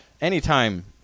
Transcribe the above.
anytime